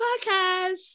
Podcast